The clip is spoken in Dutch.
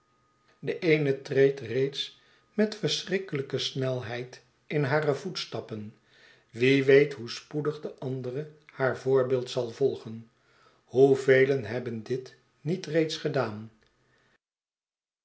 de eene treedt reeds met verschrikkelijke snelheid in hare voetstappen wie weet hoe spoedig de andere haar voorbeeld zal volgen hoevelen hebben dit niet reeds gedaan